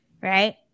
right